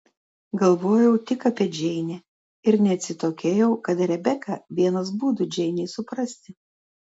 galvojau tik apie džeinę ir neatsitokėjau kad rebeka vienas būdų džeinei suprasti